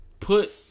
put